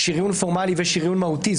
שריון פורמלי ושריון מהותי,